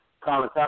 Colin